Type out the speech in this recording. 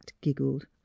giggled